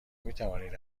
میتوانید